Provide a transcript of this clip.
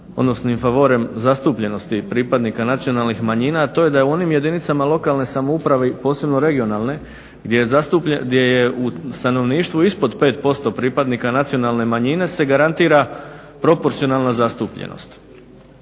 odnosno in favorem zastupljenosti pripadnika nacionalnih manjina, a to je da u onim jedinicama lokalne samouprave posebno regionalne gdje je u stanovništvu ispod 5% pripadnika nacionalne manjine se garantira proporcionalna zastupljenost.